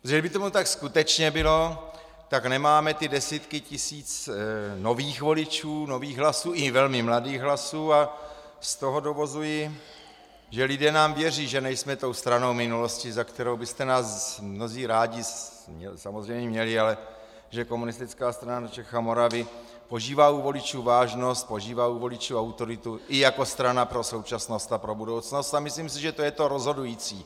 Kdyby tomu tak skutečně bylo, tak nemáme ty desítky tisíc nových voličů, nových hlasů, i velmi mladých hlasů, a z toho dovozuji, že lidé nám věří, že nejsme tou stranou minulosti, za kterou byste nás mnozí rádi samozřejmě měli, ale že Komunistická strana Čech a Moravy požívá u voličů vážnost, požívá u voličů autoritu i jako strana pro současnost a pro budoucnost, a myslím si, že to je to rozhodující.